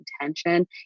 intention